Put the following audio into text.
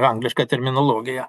angliška terminologija